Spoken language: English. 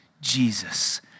Jesus